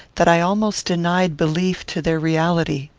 that i almost denied belief to their reality.